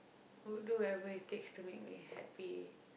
will do whatever it takes to make me happy